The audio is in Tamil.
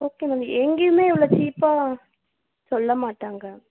ஓகே மேம் எங்கேயுமே இவ்வளோ சீப்பாக சொல்லமாட்டாங்க